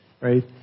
right